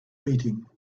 meeting